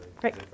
great